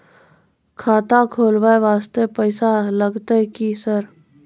खाता खोलबाय वास्ते पैसो लगते की सर?